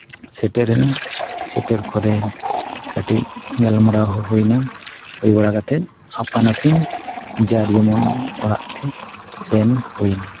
ᱥᱮᱴᱮᱨᱮᱱᱟ ᱥᱮᱴᱮᱨ ᱯᱚᱨᱮ ᱠᱟᱹᱴᱤᱡ ᱜᱟᱞᱢᱟᱨᱟᱣ ᱦᱩᱭᱮᱱᱟ ᱦᱩᱭ ᱵᱟᱲᱟ ᱠᱟᱛᱮᱫ ᱟᱯᱟᱱ ᱟᱹᱯᱤᱱ ᱡᱟᱨ ᱡᱮᱢᱚᱱ ᱚᱲᱟᱜ ᱛᱮ ᱥᱮᱱ ᱦᱩᱭᱱᱟ